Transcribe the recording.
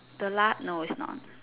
the Lat no is not